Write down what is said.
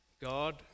God